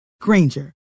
Granger